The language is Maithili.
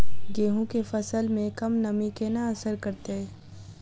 गेंहूँ केँ फसल मे कम नमी केना असर करतै?